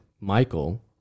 Michael